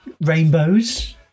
Rainbows